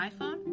iPhone